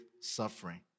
suffering